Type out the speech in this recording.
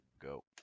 go